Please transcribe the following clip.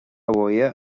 mháire